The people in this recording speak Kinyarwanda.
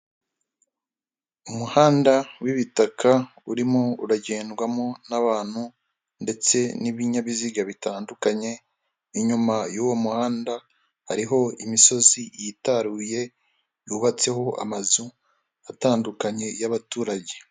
Umuhanda w'ibitaka urimo uragendwamo n'abantu ndetse n'ibinyabiziga bitandukanye, inyuma y'uwo muhanda hariho imisozi yitaruye, yubatseho amazu atandukanye y'abaturage.